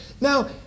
now